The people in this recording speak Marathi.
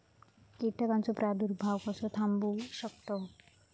कीटकांचो प्रादुर्भाव कसो थांबवू शकतव?